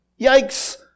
Yikes